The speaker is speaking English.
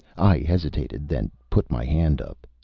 i hesitated, then put my hand up.